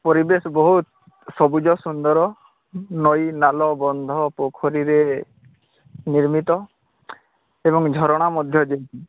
ପରିବେଶ ବହୁତ ସବୁଜ ସୁନ୍ଦର ନଇ ନାଳ ବନ୍ଧ ପୋଖରୀରେ ନିର୍ମିତ ଏବଂ ଝରଣା ମଧ୍ୟ ଯାଇଛି